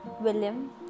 William